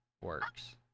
works